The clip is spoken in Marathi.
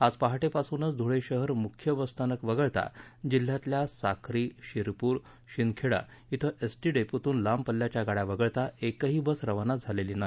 आज पहाटेपासूनच धुळे शहर मुख्य बस स्थानक वगळता जिल्ह्यतील साक्री शिरपूर शिंदखेडा येथील एसटी डेपोतून लांब पल्याच्या गाड्या वगळता एकही बस रवाना झालेली नाही